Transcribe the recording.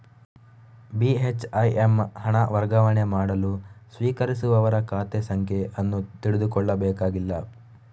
ಬಿ.ಹೆಚ್.ಐ.ಎಮ್ ಹಣ ವರ್ಗಾವಣೆ ಮಾಡಲು ಸ್ವೀಕರಿಸುವವರ ಖಾತೆ ಸಂಖ್ಯೆ ಅನ್ನು ತಿಳಿದುಕೊಳ್ಳಬೇಕಾಗಿಲ್ಲ